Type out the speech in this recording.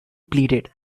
pleaded